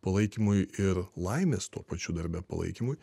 palaikymui ir laimės tuo pačiu darbe palaikymui